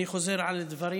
אני חוזר על הדברים,